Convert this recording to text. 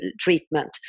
treatment